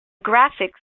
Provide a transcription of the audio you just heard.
graphics